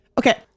Okay